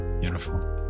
Beautiful